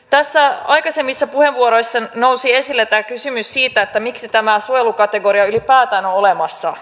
tässä aikaisemmissa puheenvuoroissa nousi esille tämä kysymys siitä miksi tämä suojelukategoria ylipäätään on olemassa